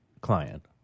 client